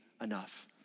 enough